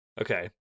Okay